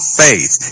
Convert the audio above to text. faith